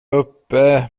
uppe